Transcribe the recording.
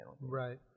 Right